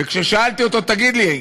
וכששאלתי אותו: תגיד לי,